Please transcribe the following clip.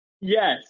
Yes